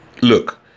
Look